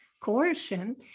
coercion